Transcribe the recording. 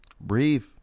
breathe